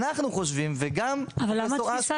אנחנו חושבים --- אבל למה התפיסה